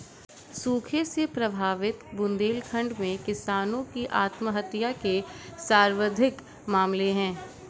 सूखे से प्रभावित बुंदेलखंड में किसानों की आत्महत्या के सर्वाधिक मामले है